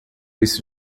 isso